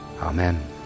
Amen